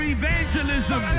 evangelism